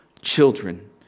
children